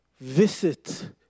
visit